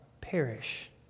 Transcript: perish